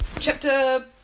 Chapter